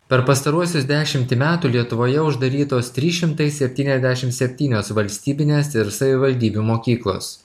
per pastaruosius dešimtį metų lietuvoje uždarytos trys šimtai septyniasdešimt septynios valstybinės ir savivaldybių mokyklos